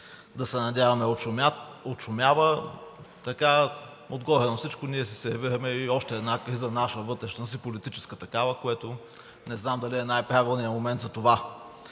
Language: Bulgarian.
да се надяваме, отшумява. Отгоре на всичко ние си сервираме и още една криза – наша, вътрешна, политическа такава, като не знам дали е най правилният момент за това.